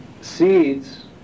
seeds